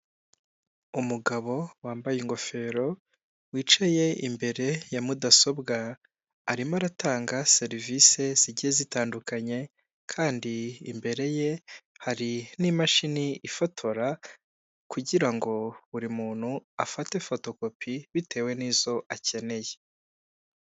Umugabo wambaye ingofero, wicaye imbere ya mudasobwa, arimo aratanga serivisi zigiye zitandukanye kandi imbere ye hari n'imashini ifotora kugira ngo buri muntu afate fotokopi bitewe n'izo akeneye.